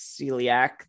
celiac